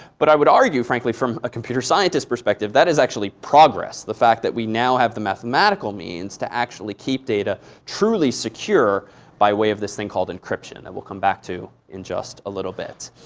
but i would argue, frankly, from a computer scientist's perspective, that is actually progress the fact that we now have the mathematical means to actually keep data truly secure by way of this thing called encryption, and we'll come back to in just a little bit.